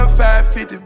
550